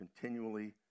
continually